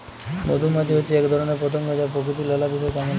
মধুমাছি হচ্যে এক ধরণের পতঙ্গ যা প্রকৃতির লালা বিষয় কামে লাগে